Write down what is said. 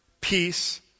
peace